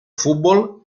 fútbol